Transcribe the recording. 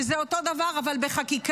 שזה אותו דבר אבל בחקיקה.